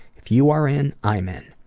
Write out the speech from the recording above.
if you are in, i'm in.